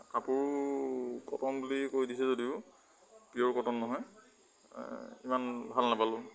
কাপোৰ কটন বুলি কৈ দিছে যদিও পিয়'ৰ কটন নহয় ইমান ভাল নাপালোঁ